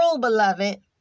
beloved